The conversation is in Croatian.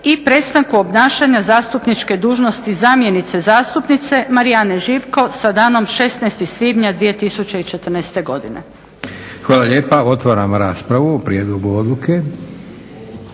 i prestanku obnašanja zastupničke dužnosti zamjenice zastupnice Marijane Živko sa danom 16. svibnja 2014. godine. **Leko, Josip (SDP)** Hvala lijepa. Otvaram raspravu o prijedlogu odluke.